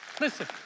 listen